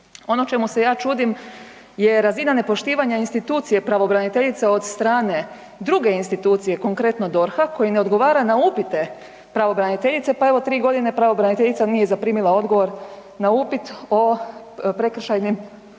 Ono čemu se ja čudim je razina nepoštivanja institucije pravobraniteljice od strane druge institucije, konkretno DORH-a koji ne odgovara na upite pravobraniteljice, pa evo 3 godine pravobraniteljica nije zaprimila odgovor na upit o prekršajnim sankcijama